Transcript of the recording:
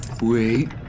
Wait